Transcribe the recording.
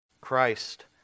Christ